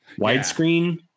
widescreen